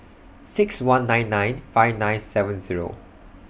six one nine nine five nine seven Zero